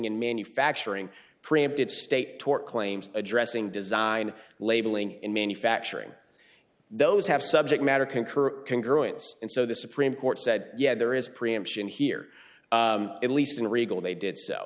and manufacturing preempted state tort claims addressing design labeling and manufacturing those have subject matter concur concurrence and so the supreme court said yeah there is preemption here at least in riegle they did so